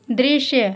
दृश्य